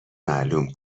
معلوم